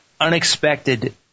unexpected